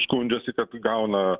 skundžiasi kad gauna